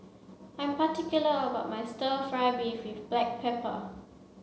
I am particular about my stir fry beef with black pepper